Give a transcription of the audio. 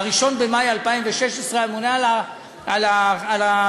1 במאי 2016. הממונה על התקציבים